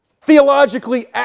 theologically